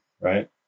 right